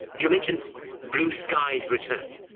you mentioned blue skies research.